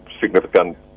significant